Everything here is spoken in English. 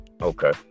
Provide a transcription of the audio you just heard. Okay